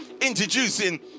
Introducing